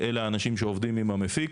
אלה האנשים שעובדים עם המפיק.